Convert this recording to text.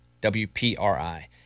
W-P-R-I